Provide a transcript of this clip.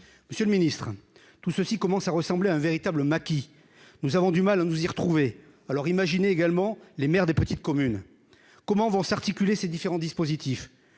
Monsieur le Ministre, tout ceci commence à ressembler à un véritable maquis nous avons du mal à nous y retrouver, alors imaginez également les maires des petites communes, comment vont s'articuler ces différents dispositifs